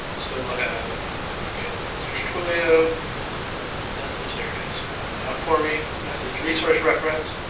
so we'll have again, we'll search twilio message. there it is filling it out for me. message, resource reference.